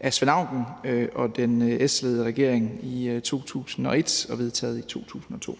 af Svend Auken og den S-ledede regering i 2001 og blev vedtaget i 2002.